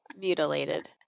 Mutilated